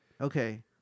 okay